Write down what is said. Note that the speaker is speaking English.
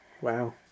Wow